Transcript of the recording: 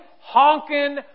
honking